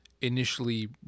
initially